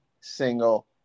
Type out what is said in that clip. single